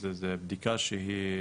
זו בדיקה שהיא